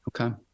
Okay